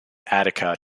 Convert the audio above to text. attica